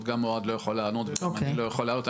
גם אוהד לא יכול לענות וגם אני לא יכול לענות.